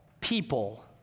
people